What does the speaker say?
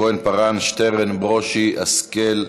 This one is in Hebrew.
כהן-פארן, שטרן, ברושי, השכל,